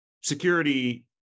security